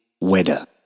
weather